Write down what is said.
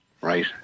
right